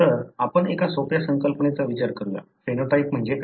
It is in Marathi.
तर आपण एका सोप्या संकल्पनेचा विचार करूया फेनोटाइप म्हणजे काय